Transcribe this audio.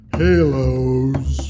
halos